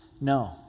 No